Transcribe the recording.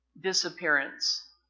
disappearance